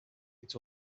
its